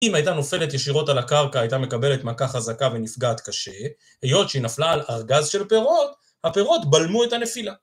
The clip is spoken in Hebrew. אם הייתה נופלת ישירות על הקרקע, הייתה מקבלת מכה חזקה ונפגעת קשה, היות שהיא נפלה על ארגז של פירות, הפירות בלמו את הנפילה.